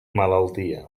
malaltia